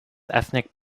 ethnic